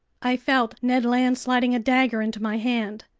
i felt ned land sliding a dagger into my hand.